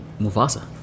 Mufasa